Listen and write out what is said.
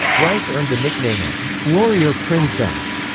rice earned the nickname of warrior princess,